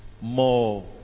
more